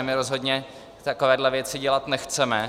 My rozhodně takové věci dělat nechceme.